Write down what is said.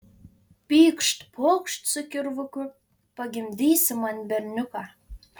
pykšt pokšt su kirvuku pagimdysi man berniuką